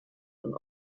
und